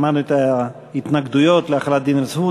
שמענו את ההתנגדויות להחלת דין רציפות